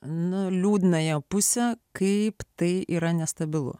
nuliūdina jau pusę kaip tai yra nestabilu